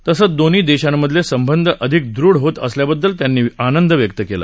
तसंच दोन्ही देशांमधले संबंध अधिक दृढ होत असल्याबद्दल आनंद व्यक्त केला